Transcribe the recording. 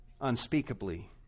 unspeakably